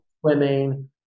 swimming